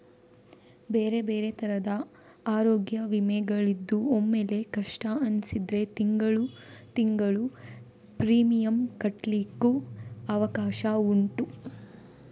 ಬೇರೆ ಬೇರೆ ತರದ ಅರೋಗ್ಯ ವಿಮೆಗಳಿದ್ದು ಒಮ್ಮೆಲೇ ಕಷ್ಟ ಅನಿಸಿದ್ರೆ ತಿಂಗಳು ತಿಂಗಳು ಪ್ರೀಮಿಯಂ ಕಟ್ಲಿಕ್ಕು ಅವಕಾಶ ಉಂಟು